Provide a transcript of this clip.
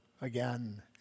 again